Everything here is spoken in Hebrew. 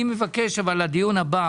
לדיון הבא